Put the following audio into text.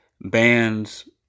bands